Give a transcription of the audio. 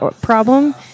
problem